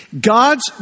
God's